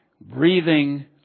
breathing